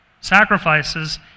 sacrifices